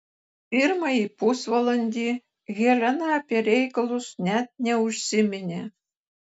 pirmąjį pusvalandį helena apie reikalus net neužsiminė